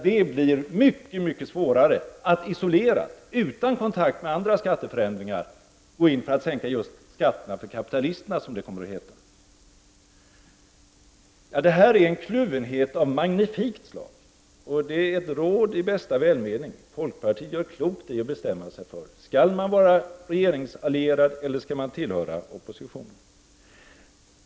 Det blir nämligen mycket svårare att isolerat, utan kontakt med andra skatteförändringar, gå in för att sänka just skatterna för kapitalisterna, som det kommer att heta. Detta är en kluvenhet av magnifikt slag. Ett råd i bästa välmening är: Folkpartiet gör klokt i att bestämma sig för om man skall vara allierad med regeringen eller tillhöra oppositionen.